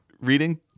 reading